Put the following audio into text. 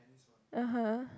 (uh huh)